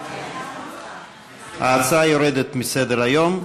ההצעה יורדת מסדר-היום.